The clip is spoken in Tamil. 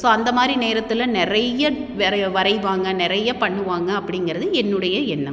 ஸோ அந்தமாதிரி நேரத்தில் நிறைய வரைவாங்க நிறைய பண்ணுவாங்க அப்படிங்குறது என்னுடைய எண்ணம்